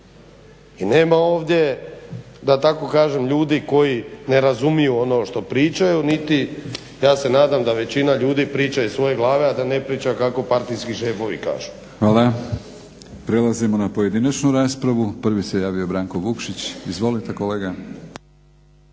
I nema ovdje da tako kažem ljudi koji ne razumiju ono što pričaju niti ja se nadam da većina ljudi priča iz svoje glave, a da ne priča kako partijski šefovi kažu. **Batinić, Milorad (HNS)** Hvala. Prelazimo na pojedinačnu raspravu. Prvi se javio Branko Vukšić. Izvolite kolega.